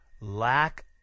lack